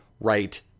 right